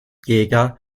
jäger